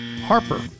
Harper